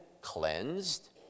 cleansed